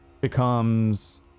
becomes